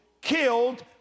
killed